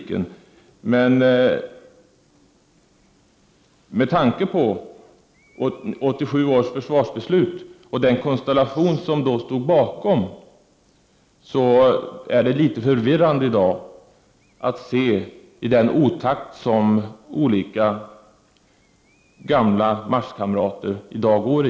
Med tanke på 1987 års försvarsbeslut och den konstellation som då stod bakom beslutet är det litet förvirrande att se den otakt som gamla marschkamrater i dag går i.